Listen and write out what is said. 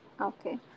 okay